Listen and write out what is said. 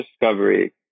discovery